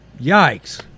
Yikes